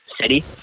city